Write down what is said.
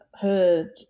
heard